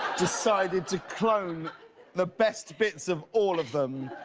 decided to clone the best bits of all of them,